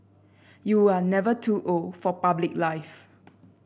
you are never too old for public life